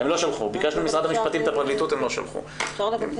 ביקשנו ממשרד המשפטים את הפרקליטות והם לא שלחו פרקליט.